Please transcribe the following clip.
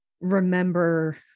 remember